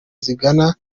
zigana